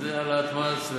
זו העלאת מס,